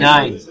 Nine